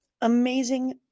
amazing